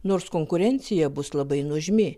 nors konkurencija bus labai nuožmi